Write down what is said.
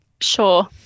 Sure